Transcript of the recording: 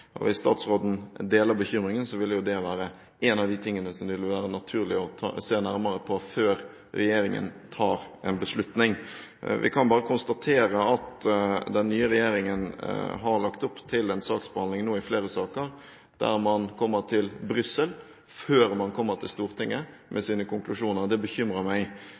hvis statsråden deler bekymringen, vil det være en av de tingene som det vil være naturlig å se nærmere på før regjeringen tar en beslutning. Vi kan bare konstatere at den nye regjeringen har lagt opp til en saksbehandling nå i flere saker der man kommer til Brussel før man kommer til Stortinget med sine konklusjoner. Det bekymrer meg.